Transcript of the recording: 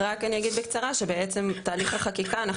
רק אני אגיד בקצרה שבעצם תהליך החקיקה אנחנו